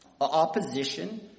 opposition